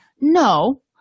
No